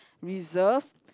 reserved